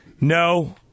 No